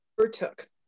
overtook